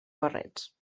barrets